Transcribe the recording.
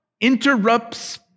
interrupts